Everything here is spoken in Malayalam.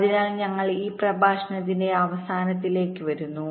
അതിനാൽ ഞങ്ങൾ ഈ പ്രഭാഷണത്തിന്റെ അവസാനത്തിലേക്ക് വരുന്നു